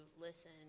listen